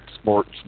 sports